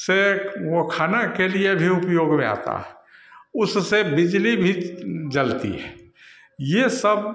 से वह खाना के लिए भी उपयोग में आता है उससे बिजली भी जलती है यह सब